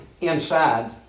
Inside